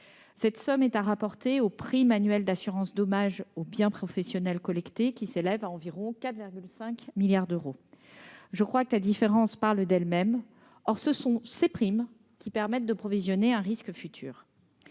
Cette somme est à rapporter aux primes annuelles d'assurance dommages aux biens professionnels collectées, qui s'élèvent à environ 4,5 milliards d'euros. Je crois que la différence parle d'elle-même. Or ce sont ces primes qui permettent de provisionner un risque futur.